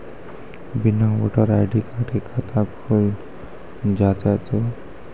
बिना voter ID card के खाता खुल जैते तो?